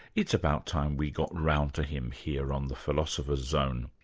it's about time we got around to him here on the philosopher's zone.